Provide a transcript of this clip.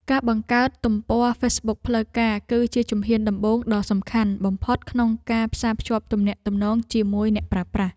ការបង្កើតទំព័រហ្វេសប៊ុកផ្លូវការ គឺជាជំហានដំបូងដ៏សំខាន់បំផុតក្នុងការផ្សារភ្ជាប់ទំនាក់ទំនងជាមួយអ្នកប្រើប្រាស់។